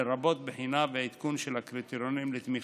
לרבות בחינה ועדכון של הקריטריונים לתמיכה.